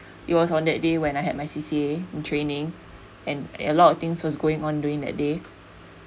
it was on that day when I had my C_C_A training and a lot of things was going on during the day